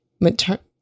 maternal